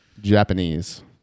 Japanese